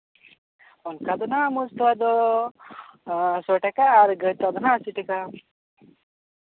ᱚᱱᱠᱟ ᱫᱚ ᱱᱟᱦᱟᱜ ᱢᱳᱥ ᱛᱳᱣᱟ ᱫᱚ ᱦᱟᱸᱜ ᱥᱚ ᱴᱟᱠᱟ ᱟᱨ ᱜᱟᱹᱭ ᱛᱳᱣᱟ ᱫᱚᱦᱟᱸᱜ ᱟᱹᱥᱤ ᱴᱟᱠᱟ